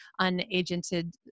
unagented